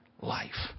life